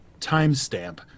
timestamp